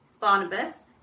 Barnabas